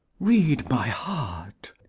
read my heart,